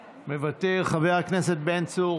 מוותר, חבר הכנסת בן צור,